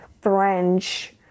French